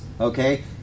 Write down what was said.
Okay